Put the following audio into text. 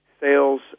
sales